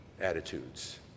attitudes